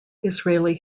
israeli